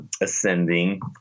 ascending